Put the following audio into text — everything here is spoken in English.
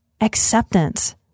acceptance